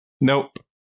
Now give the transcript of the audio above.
Nope